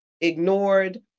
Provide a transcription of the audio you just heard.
ignored